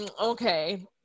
okay